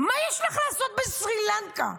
מה יש לך לעשות בסרי לנקה?